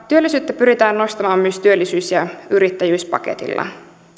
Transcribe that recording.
työllisyyttä pyritään nostamaan myös työllisyys ja yrittäjyyspaketilla